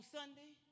Sunday